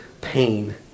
pain